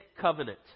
covenant